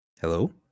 Hello